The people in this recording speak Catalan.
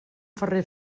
ferrer